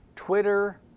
Twitter